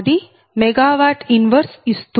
అది MW 1 ఇస్తుంది